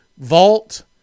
Vault